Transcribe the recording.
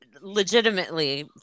legitimately